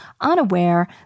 unaware